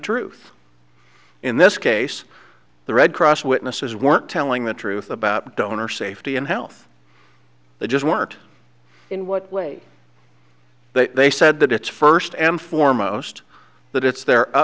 truth in this case the red cross witnesses weren't telling the truth about donor safety and health they just weren't in what way they said that it's first and foremost that it's the